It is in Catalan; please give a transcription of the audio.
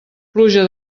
pluja